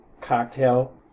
cocktail